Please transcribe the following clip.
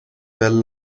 well